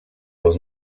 los